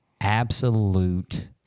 absolute